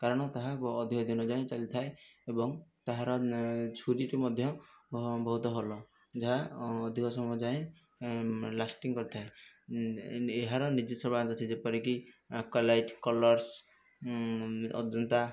କାରଣ ତାହା ଅଧିକ ଦିନ ଯାଏଁ ଚାଲିଥାଏ ଏବଂ ତାହାର ଛୁରୀଟି ମଧ୍ୟ ବହୁତ ଭଲ ଯାହା ଅଧିକ ସମୟ ଯାଏଁ ଲାଷ୍ଟିଂ କରିଥାଏ ଏହାର ନିଜସ୍ୱ ବ୍ରାଞ୍ଚ ଅଛି ଯେପରିକି ଆକ୍ଵାଲାଇଟ କଲର୍ସ ଅଜନ୍ତା